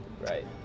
Right